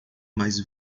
mais